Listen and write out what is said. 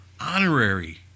honorary